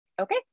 okay